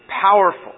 powerful